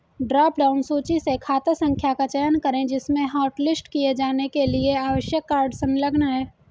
drop down सूची से खाता संख्या का चयन करें जिसमें हॉटलिस्ट किए जाने के लिए आवश्यक कार्ड संलग्न है